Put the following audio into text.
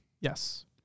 Yes